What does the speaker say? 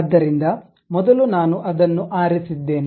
ಆದ್ದರಿಂದ ಮೊದಲು ನಾನು ಅದನ್ನು ಆರಿಸಿದ್ದೇನೆ